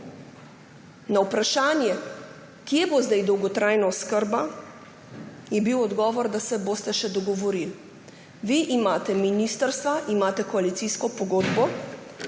Na vprašanje, kje bo zdaj dolgotrajna oskrba, je bil odgovor, da se boste še dogovorili. Vi imate ministrstva, imate koalicijsko pogodbo